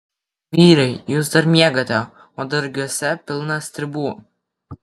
vyrai jūs dar miegate o dargiuose pilna stribų